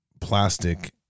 plastic